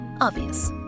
Obvious